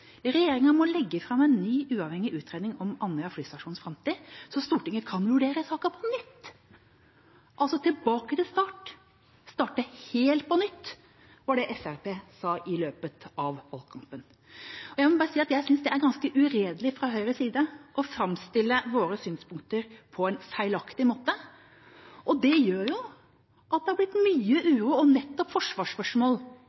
regjeringa måtte legge fram en ny, uavhengig utredning om Andøya flystasjons framtid, så Stortinget kunne vurdere saken på nytt – altså tilbake til start, å starte helt på nytt. Det var det Fremskrittspartiet sa i løpet av valgkampen. Jeg synes det er ganske uredelig fra Høyres side å framstille våre synspunkter på en feilaktig måte, og det gjør jo at det har blitt mye